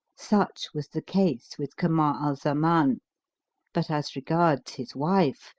such was the case with kamar al-zaman but as regards his wife,